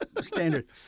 standard